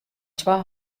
twa